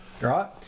right